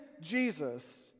Jesus